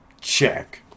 Check